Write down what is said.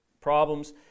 problems